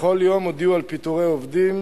בכל יום הודיעו על פיטורי עובדים.